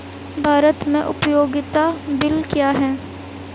भारत में उपयोगिता बिल क्या हैं?